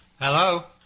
Hello